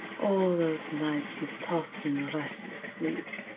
all those nights you've tossed in restless sleep.